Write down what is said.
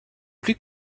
plus